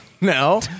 No